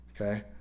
okay